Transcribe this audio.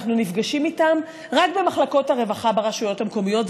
אנחנו נפגשים איתם רק במחלקות הרווחה ברשויות המקומיות,